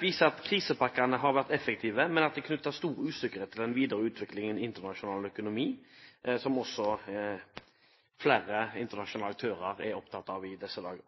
viser at krisepakkene har vært effektive, men at det er knyttet stor usikkerhet til den videre utviklingen i internasjonal økonomi, som også flere internasjonale